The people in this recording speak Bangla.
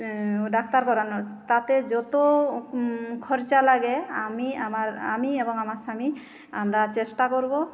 ডাক্তার করানোর তাতে যত খরচা লাগে আমি আমার আমি এবং আমার স্বামী আমরা চেষ্টা করবো